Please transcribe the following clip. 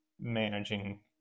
managing